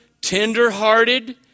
tenderhearted